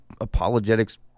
apologetics